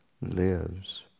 lives